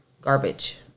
garbage